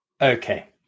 Okay